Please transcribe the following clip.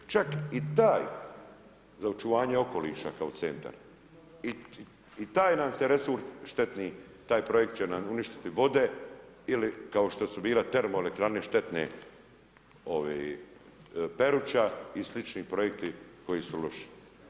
Čak i taj, za očuvanje okoliša kao centar i taj nam se resurs štetni, taj projekat će nam uništiti vode ili kao što su bile TE štetne ove Peruča i slični projekti koji su loši.